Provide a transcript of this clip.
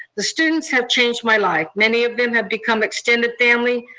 the students have changed my life. many of them have become extended family,